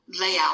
layout